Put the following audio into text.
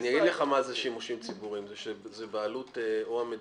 למכור אותו למישהו שיפעיל כדי לספק את פתרונות החנייה